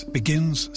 begins